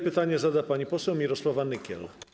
Pytanie zada pani poseł Mirosława Nykiel.